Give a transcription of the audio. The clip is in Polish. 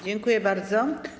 Dziękuję bardzo.